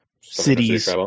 cities